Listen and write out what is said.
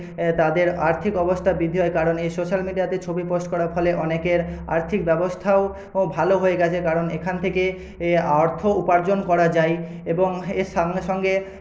তাদের আর্থিক অবস্থা বৃদ্ধি হয় কারণ এই সোশ্যাল মিডিয়াতে ছবি পোস্ট করার ফলে অনেকের আর্থিক ব্যবস্থাও ও ভালো হয়ে গেছে কারণ এখানে থেকে এই অর্থ উপার্জন করা যায় এবং এর সঙ্গে সঙ্গে